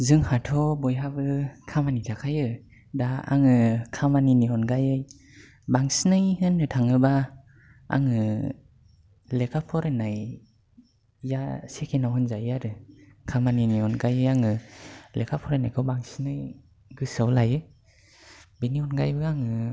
जोंहाथ' बयहाबो खामानि थाखायो दा आङो खामानिनि अनगायै बांसिनै होननो थाङोब्ला आङो लेखा फरायनाया सेकेन्डआव होनजायो आरो खामानिनि अनगायै आङो लेखा फरायनायखौ बांसिनै गोसोआव लायो बेनि अनगायैबो आङो